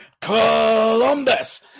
Columbus